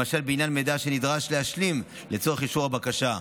למשל בעניין מידע שנדרש להשלים לצורך אישור הבקשה.